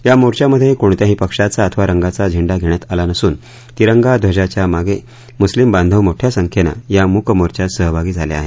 या मोर्चामध्ये कोणत्याही पक्षाचा अथवा रंगाचा झेंडा घेण्यात आला नसून तिरंगा ध्वजाच्या मागे मुस्लीम बांधव मोठ्या संख्येनं या मूक मोर्चात सहभागी झाले आहेत